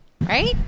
right